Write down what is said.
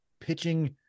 pitching